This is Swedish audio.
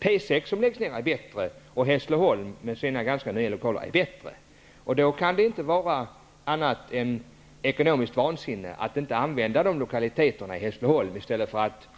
P 6 som läggs ned är bättre, och Hässleholm med sina ganska nya lokaler är bättre. Då kan det inte vara annat än ekonomiskt vansinne att inte använde de lokaliteterna i Hässleholm i stället för att